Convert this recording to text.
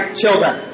children